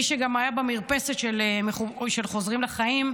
מי שהיה במרפסת של "חוזרים לחיים"